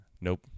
Nope